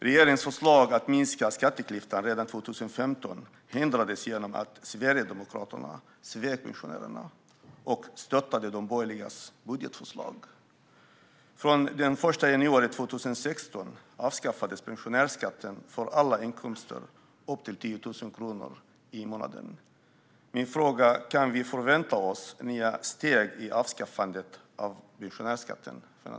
Regeringens förslag att minska skatteklyftan redan 2015 hindrades genom att Sverigedemokraterna svek pensionärerna och stödde de borgerligas budgetförslag. Den 1 januari 2016 avskaffades pensionärsskatten för alla inkomster upp till 10 000 kronor i månaden. Min fråga till finansministern är: Kan vi förvänta oss nya steg i avskaffandet av pensionärsskatten?